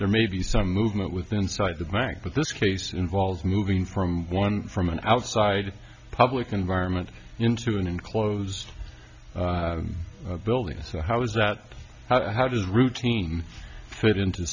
there may be some movement with inside the back but this case involves moving from one from an outside public environment into an enclosed building so how's that how does routine fit into